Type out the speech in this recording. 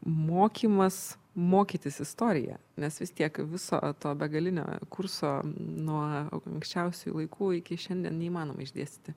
mokymas mokytis istoriją nes vis tiek viso to begalinio kurso nuo anksčiausiųjų laikų iki šiandien neįmanoma išdėstyti